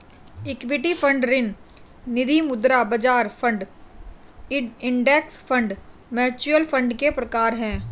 equity fund ऋण निधिमुद्रा बाजार fund index fund mutual fund के प्रकार हैं